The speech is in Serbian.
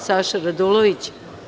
Saša Radulović.